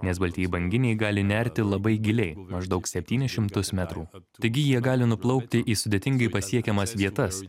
nes baltieji banginiai gali nerti labai giliai maždaug septynis šimtus metrų taigi jie gali nuplaukti į sudėtingai pasiekiamas vietas